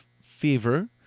Fever